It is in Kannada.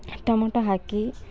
ಟಮೋಟೊ ಹಾಕಿ